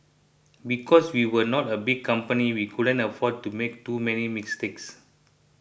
because we were not a big company we couldn't afford to make too many mistakes